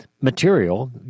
material